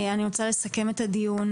אני רוצה לסכם את הדיון.